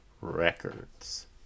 Records